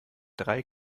drei